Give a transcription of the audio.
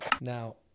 Now